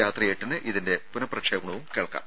രാത്രി എട്ടിന് ഇതിന്റെ പുനഃപ്രക്ഷേപണവും കേൾക്കാം